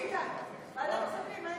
ביטן, ועדת הכספים.